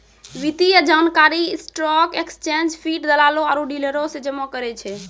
वित्तीय जानकारी stock exchange feed, दलालो आरु डीलरो से जमा करै छै